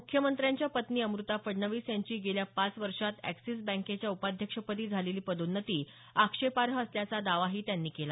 मुख्यमंत्र्यांच्या पत्नी अमृता फडणवीस यांची गेल्या पाच वर्षात अॅक्सिस बँकेच्या उपाध्यक्षपदी झालेली पदोन्नती आक्षेपार्ह असल्याचा दावाही त्यांनी केला